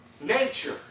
nature